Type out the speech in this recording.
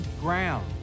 ground